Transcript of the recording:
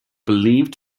believed